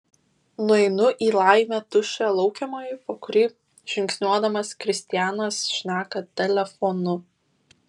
nueinu į laimė tuščią laukiamąjį po kurį žingsniuodamas kristianas šneka telefonu